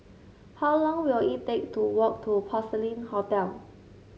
how long will it take to walk to Porcelain Hotel